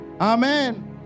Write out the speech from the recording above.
Amen